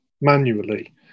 manually